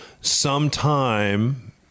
sometime